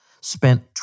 spent